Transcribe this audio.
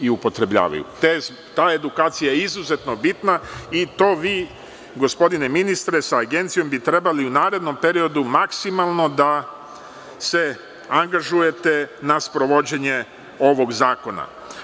Ta edukacija je izuzetno bitna i to vi, gospodine ministre, sa Agencijom bi trebalo u narednom periodu maksimalno da se angažujete na sprovođenje ovog zakona.